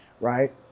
right